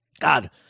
God